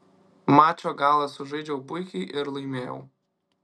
mačo galą sužaidžiau puikiai ir laimėjau